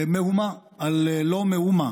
מהומה על לא מאומה,